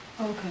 Okay